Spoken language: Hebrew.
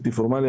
בלתי פורמלי,